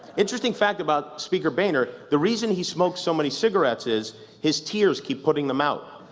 interesting fact about spaker boehner. the reason he smokes so many cigarettes is his tears keep putting them out.